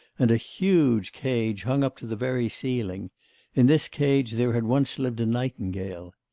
and a huge cage hung up to the very ceiling in this cage there had once lived a nightingale.